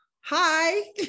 hi